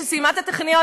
שסיימה את הטכניון,